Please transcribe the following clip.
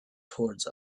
towards